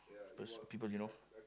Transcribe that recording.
those people you know